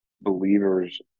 believers